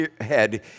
head